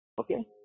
okay